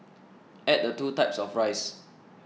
add the two types of rice